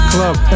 Club